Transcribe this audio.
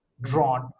drawn